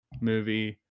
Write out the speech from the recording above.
movie